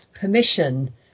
permission